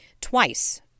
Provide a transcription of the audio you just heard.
twice